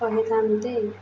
କହିଥାନ୍ତି